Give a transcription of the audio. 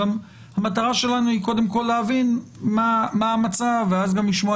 המטרה שלנו היא קודם כל להבין מה המצב ואז גם לשמוע